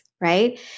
right